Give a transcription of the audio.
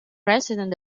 resident